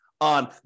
on